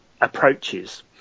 approaches